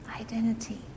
identity